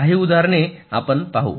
काही उदाहरणे आपण पाहू